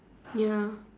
ya